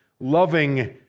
loving